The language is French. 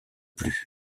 plus